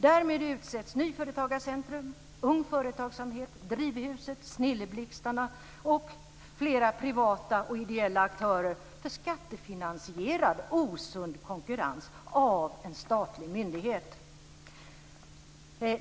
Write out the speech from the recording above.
Därmed utsätts Nyföretagarcentrum, Ung Företagsamhet, Drivhuset, Snilleblixtarna och flera privata och ideella aktörer för skattefinansierad osund konkurrens av en statlig myndighet.